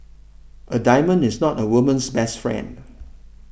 a diamond is not a woman's best friend